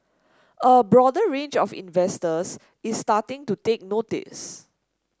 a broader range of investors is starting to take notice